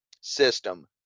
system